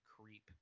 creep